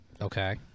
Okay